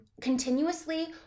continuously